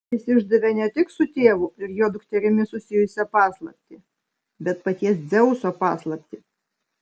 jis išdavė ne tik su tėvu ir jo dukterimi susijusią paslaptį bet paties dzeuso paslaptį